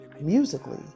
Musically